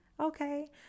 Okay